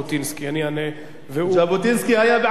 אני אענה, והוא, ז'בוטינסקי היה בעד שלום.